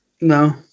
No